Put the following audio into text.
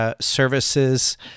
services